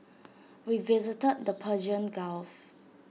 we visited the Persian gulf